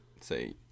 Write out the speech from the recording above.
say